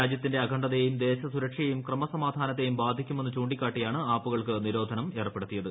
രാജ്യത്തിന്റെ അഖണ്ഡതയേയും ദേശ സുരക്ഷയെയും ക്രമസമാധാനത്തെയും ബാധിക്കുമെന്ന് ചൂണ്ടിക്കാട്ടിയാണ് ആപ്പുകൾക്ക് നിരോധനം ഏർപ്പെടുത്തിയത്